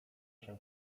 się